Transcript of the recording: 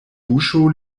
buŝo